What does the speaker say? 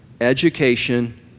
education